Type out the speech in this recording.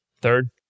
Third